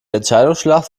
entscheidungsschlacht